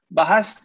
bahas